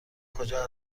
کجا